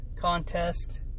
Contest